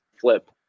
flip